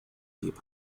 deep